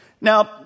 Now